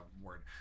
word